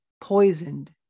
poisoned